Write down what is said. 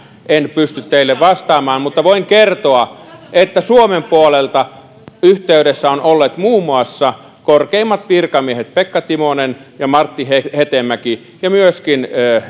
en pysty teille vastaamaan mutta voin kertoa että suomen puolelta yhteydessä ovat olleet muun muassa korkeimmat virkamiehet pekka timonen ja martti hetemäki ja myöskin